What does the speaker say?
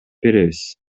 беребиз